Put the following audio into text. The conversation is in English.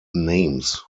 names